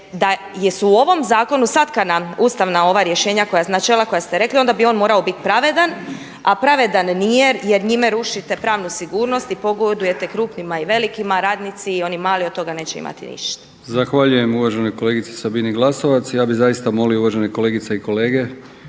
da su u ovom zakonu satkana ustavna ova rješenja, načela koja ste rekli onda bi on morao biti pravedan, a pravedan nije jer njime rušite pravnu sigurnost i pogodujete krupnima i velikima. Radnici i oni mali od toga neće imati ništa. **Brkić, Milijan (HDZ)** Zahvaljujem uvaženoj kolegici Sabini Glasovac. Ja bih zaista molio uvažene kolegice i kolege